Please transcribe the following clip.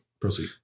Proceed